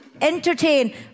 entertain